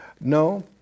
No